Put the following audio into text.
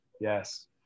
Yes